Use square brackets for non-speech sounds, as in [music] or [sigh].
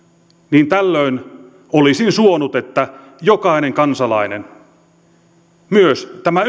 niin tällöin olisin suonut että jokainen kansalainen myös tämä [unintelligible]